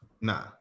Nah